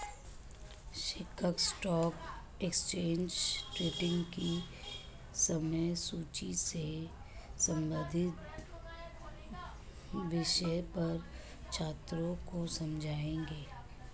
शिक्षक stock exchange trading की समय सूची से संबंधित विषय पर छात्रों को समझाएँगे